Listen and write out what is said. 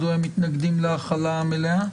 מדוע הם מתנגדים להחלה המלאה?